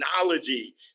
technology